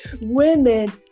women